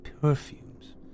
perfumes